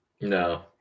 No